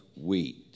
wheat